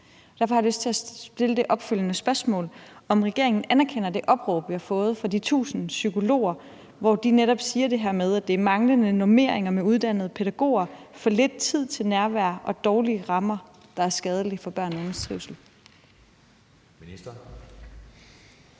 Derfor har jeg lyst til at stille det opfølgende spørgsmål, nemlig om regeringen anerkender det opråb, vi har fået fra de 1.000 psykologer, hvor de netop siger det her med, at det er manglende normeringer med uddannede pædagoger, for lidt tid til nærvær og dårlige rammer, der er skadelige for børn og unges trivsel.